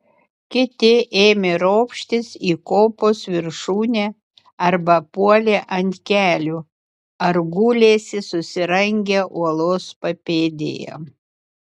kiti ėmė ropštis į kopos viršūnę arba puolė ant kelių ar gulėsi susirangę uolos papėdėje